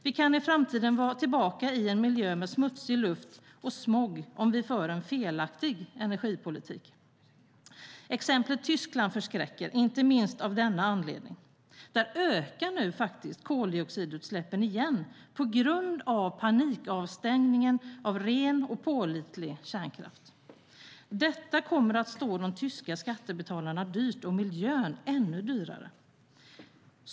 Vi kan i framtiden vara tillbaka i en miljö med smutsig luft och smog om vi för en felaktig energipolitik. Exemplet Tyskland förskräcker inte minst av denna anledning. Där ökar nu koldioxidutsläppen igen på grund av panikavstängningen av ren och pålitlig kärnkraft. Detta kommer att stå de tyska skattebetalarna dyrt och miljön ännu dyrare.